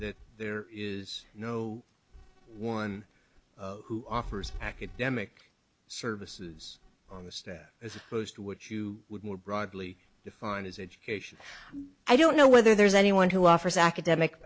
that there is no one who offers academic services on the staff as opposed to what you would more broadly defined as education i don't know whether there's anyone who offers academic